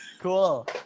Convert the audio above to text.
Cool